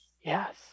yes